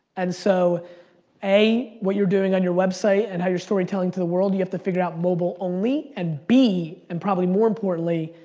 and so a, what you're doing on your website and how you're storytelling to the world, you have to figure out mobile only and b, and probably more importantly,